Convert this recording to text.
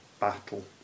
battle